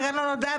עבריין לא נודע,